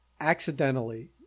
accidentally